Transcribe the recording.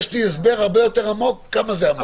תאמין לי שיש לי הסבר הרבה יותר עמוק כמה זה עמוק,.